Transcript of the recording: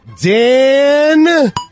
Dan